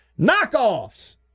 Knockoffs